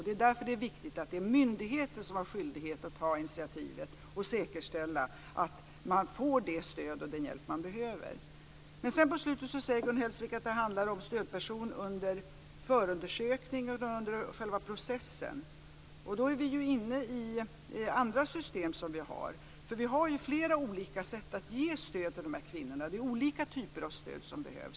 Det är därför som det är viktigt att det är myndigheten som har skyldighet att ta initiativet och säkerställa att man får det stöd och den hjälp man behöver. Till slut säger Gun Hellsvik att det handlar om stödperson under förundersökningen och under själva processen, och då är vi inne på andra system som vi har. Vi har ju flera olika sätt att ge stöd till dessa kvinnor, och det är olika typer av stöd som behövs.